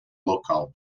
local